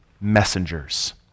messengers